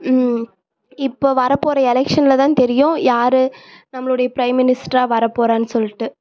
இப்போ வர போற எலெக்ஷன்லதான் தெரியும் யார் நம்மளுடைய ப்ரைம் மினிஸ்ட்ராக வர போறானு சொல்லிட்டு